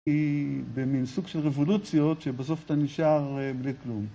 היא במין סוג של רבולוציות שבסוף אתה נשאר בלי כלום.